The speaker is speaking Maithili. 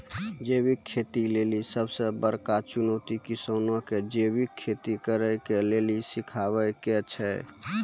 जैविक खेती लेली सबसे बड़का चुनौती किसानो के जैविक खेती करे के लेली सिखाबै के छै